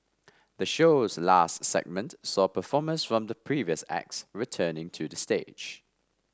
the show's last segment saw performers from the previous acts returning to the stage